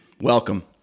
welcome